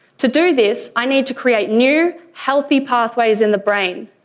to do this i need to create new healthy pathways in the brain.